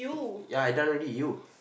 ya I done already you